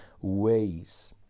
ways